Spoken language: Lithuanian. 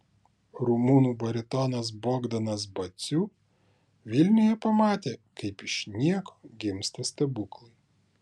rumunų baritonas bogdanas baciu vilniuje pamatė kaip iš nieko gimsta stebuklai